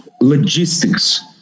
logistics